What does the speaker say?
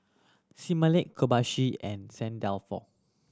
Similac Kobayashi and Saint Dalfour